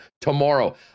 tomorrow